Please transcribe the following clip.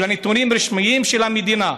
אלא נתונים רשמיים של המדינה,